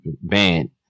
Band